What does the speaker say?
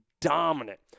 dominant